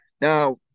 now